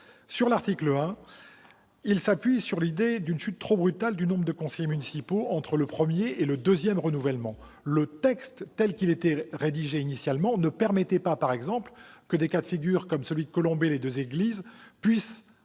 L'article 1 vise à répondre à la crainte d'une chute trop brutale du nombre de conseillers municipaux entre le premier et le deuxième renouvellement. Son texte, tel qu'il était rédigé initialement, ne permettait pas, par exemple, que des cas de figure comme celui de Colombey-les-Deux-Églises puissent